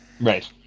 Right